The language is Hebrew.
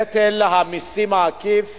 נטל המסים העקיף